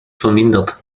vermindert